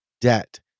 debt